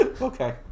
Okay